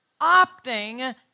opting